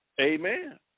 Amen